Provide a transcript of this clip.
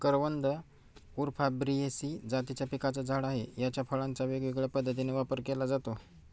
करवंद उफॉर्बियेसी जातीच्या पिकाचं झाड आहे, याच्या फळांचा वेगवेगळ्या पद्धतीने वापर केला जातो